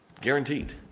Guaranteed